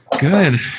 good